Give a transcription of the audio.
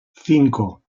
cinco